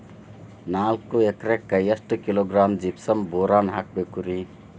ನಾಲ್ಕು ಎಕರೆಕ್ಕ ಎಷ್ಟು ಕಿಲೋಗ್ರಾಂ ಜಿಪ್ಸಮ್ ಬೋರಾನ್ ಹಾಕಬೇಕು ರಿ?